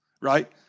right